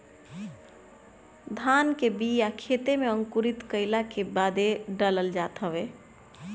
धान के बिया के खेते में अंकुरित कईला के बादे डालल जात हवे